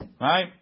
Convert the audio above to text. Right